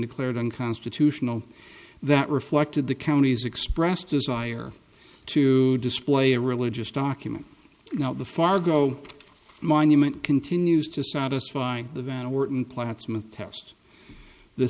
declared unconstitutional that reflected the counties expressed desire to display a religious document now the fargo monument continues to satisfy the vendor worton platzman test the